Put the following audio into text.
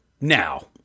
now